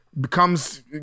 becomes